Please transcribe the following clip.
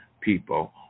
people